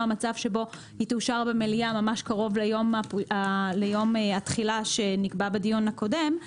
מצב שבו היא תאושר במליאה ממש קרוב ליום התחילה שנקבע בדיון הקודם,